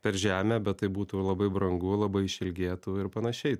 per žemę bet tai būtų labai brangu labai išilgėtų ir panašiai